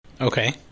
okay